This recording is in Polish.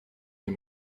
nie